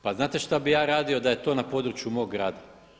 Pa znate šta bi ja radio da je to na području mog grada?